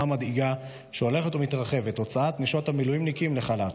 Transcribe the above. מדאיגה שהולכת ומתרחבת: הוצאת נשות המילואימניקים לחל"ת.